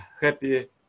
happy